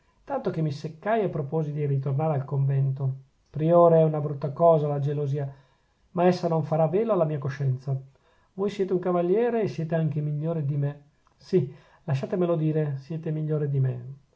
tanto che mi seccai e proposi di ritornare al convento priore è una brutta cosa la gelosia ma essa non farà velo alla mia coscienza voi siete un cavaliere e siete anche migliore di me sì lasciatemelo dire siete migliore di me